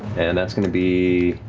and that's going to be